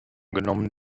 genommen